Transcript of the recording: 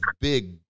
big